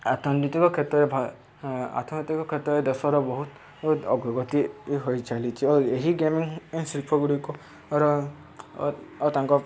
ଅର୍ଥନୈତିକ କ୍ଷେତ୍ରରେ ଅର୍ଥନୈତିକ କ୍ଷେତ୍ରରେ ଦେଶର ବହୁତ ଅଗ୍ରଗତି ହୋଇଚାଲିଛି ଓ ଏହି ଗେମିଂ ଶିଳ୍ପ ଗୁଡ଼ିକର ଆଉ ତାଙ୍କ